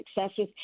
successes